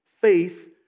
Faith